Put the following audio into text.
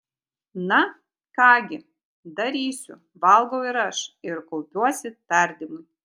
na ką gi darysiu valgau ir aš ir kaupiuosi tardymui